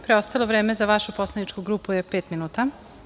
Preostalo vreme za vašu poslaničku grupu je pet minuta.